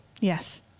yes